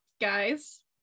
guys